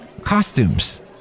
costumes